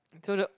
until the